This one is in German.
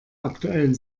aktuellen